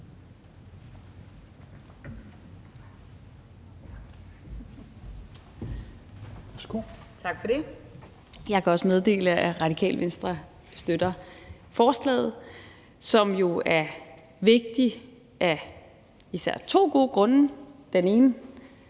Tak for det. Jeg kan også meddele, at Radikale Venstre støtter forslaget, som jo er vigtigt af især to gode grunde. Den ene